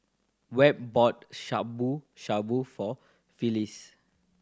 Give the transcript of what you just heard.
Webb bought Shabu Shabu for Phyliss